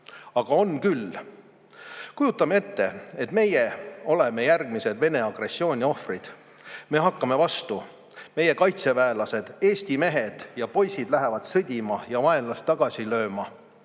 Aga on küll! Kujutame ette, et meie oleme järgmised Vene agressiooni ohvrid. Me hakkame vastu, meie kaitseväelased, Eesti mehed ja poisid lähevad sõdima ja vaenlast tagasi lööma.